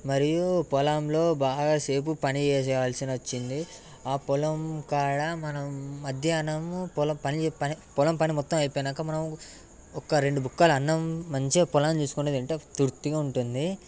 మరియు పొలంలో బాగా సేపు పని చేయవలసిన వచ్చింది ఆ పొలంకాడ మనం మధ్యాహ్నం పొలం పని పని పొలం పని మొత్తం అయిపోయాక మనం ఒక్క రెండు బుక్కల అన్నం మంచిగా పొలం చూసుకుని తింటే తృప్తిగా ఉంటుంది